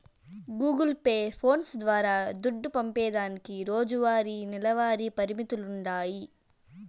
Google pay, phones ద్వారా దుడ్డు పంపేదానికి రోజువారీ, నెలవారీ పరిమితులుండాయి